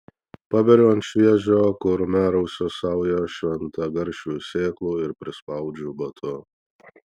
paberiu ant šviežio kurmiarausio saują šventagaršvių sėklų ir prispaudžiu batu